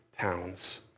towns